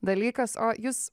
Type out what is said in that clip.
dalykas o jūs